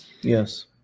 yes